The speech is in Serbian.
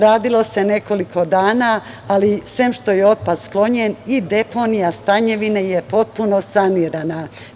Radilo se nekoliko dana, ali sem što je otpad sklonjen i deponija Stanjvine je potpuno sanirana.